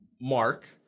Mark